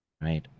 right